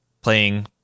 playing